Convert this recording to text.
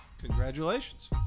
Congratulations